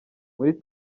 muri